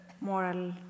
moral